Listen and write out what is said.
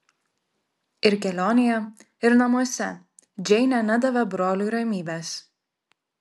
ir kelionėje ir namuose džeinė nedavė broliui ramybės